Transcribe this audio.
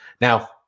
now